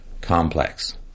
complex